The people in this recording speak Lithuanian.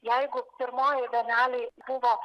jeigu pirmojoj bienalėj buvo